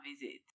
visit